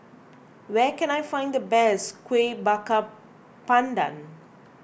where can I find the best Kuih Bakar Pandan